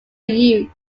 used